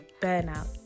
burnout